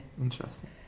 Interesting